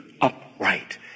upright